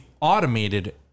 automated